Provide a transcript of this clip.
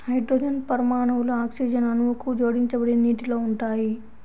hydrogen పరమాణువులు oxygen అణువుకు జోడించబడి నీటిలో ఉంటాయి